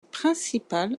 principal